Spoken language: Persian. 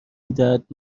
میدهد